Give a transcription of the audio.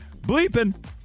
Bleeping